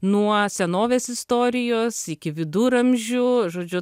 nuo senovės istorijos iki viduramžių žodžiu